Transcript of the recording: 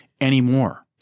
anymore